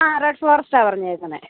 ആ റെഡ് ഫോറെസ്റ്റാണ് പറഞ്ഞിരിക്കുന്നത്